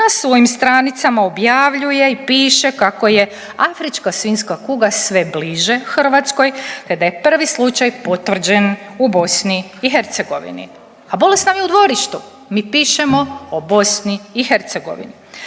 na svojim stranicama objavljuje i piše kako je afrička svinjska kuga sve bliže Hrvatskoj te da je prvi slučaj potvrđen u BiH. A bolest nam je u dvorištu, mi pišemo o BiH.